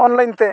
online